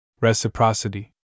Reciprocity